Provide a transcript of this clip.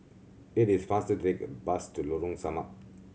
it is faster to take the bus to Lorong Samak